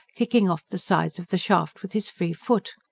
kicking off the sides of the shaft with his free foot.